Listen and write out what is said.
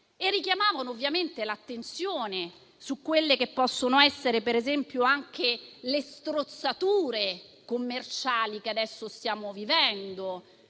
richiamavano l'attenzione su quelle che possono essere, per esempio, anche le strozzature commerciali che adesso stiamo vivendo.